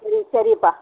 சரி சரிப்பா